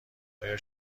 آیا